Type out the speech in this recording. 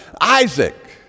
Isaac